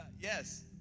Yes